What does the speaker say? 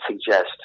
suggest